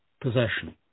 possession